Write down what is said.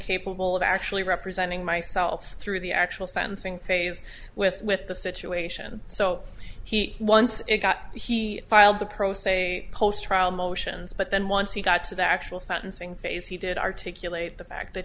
capable of actually representing myself through the actual sentencing phase with with the situation so he once it got he filed the pro se post trial motions but then once he got to the actual sentencing phase he did articulate the fact that